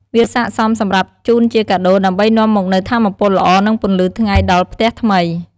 វាស័ក្តិសមសម្រាប់ជូនជាកាដូដើម្បីនាំមកនូវថាមពលល្អ និងពន្លឺថ្ងៃដល់ផ្ទះថ្មី។